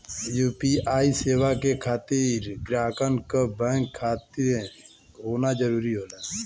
UPI सेवा के खातिर ग्राहकन क बैंक खाता होना जरुरी होला